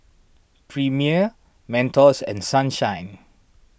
Premier Mentos and Sunshine